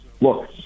look